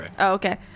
okay